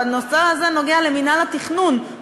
הנושא הזה נוגע למינהל התכנון,